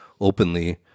openly